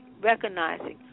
recognizing